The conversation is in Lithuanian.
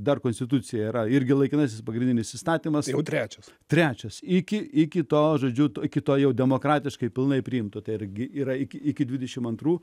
dar konstitucija yra irgi laikinasis pagrindinis įstatymas jau trečias trečias iki iki to žodžius iki to jau demokratiškai pilnai priimto tai irgi yra iki dvidešim antrų